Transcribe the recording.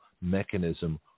mechanism